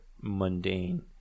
mundane